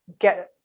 get